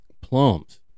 plums